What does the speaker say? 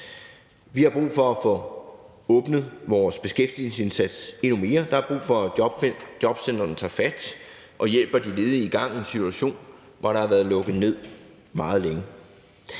Vi har brug for at få åbnet vores beskæftigelsesindsats endnu mere. Der er brug for, at jobcentrene tager fat og hjælper de ledige i gang i en situation, hvor der har været lukket ned meget længe.